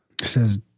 Says